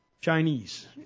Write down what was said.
Chinese